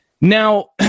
Now